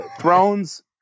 Thrones